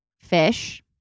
fish